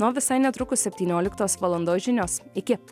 na o visai netrukus septynioliktos valandos žinios iki